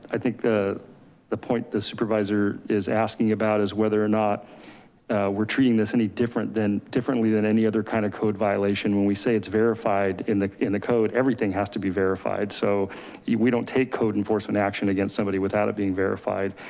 i think the the point the supervisor is asking about is whether or not we're treating this any different than differently than any other kind of code violation. when we say it's verified in the, in the code, everything has to be verified. so we don't take code enforcement action against somebody without it being verified.